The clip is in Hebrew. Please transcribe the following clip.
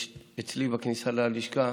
יש אצלי בכניסה ללשכה